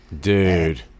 Dude